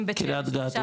קריית גת.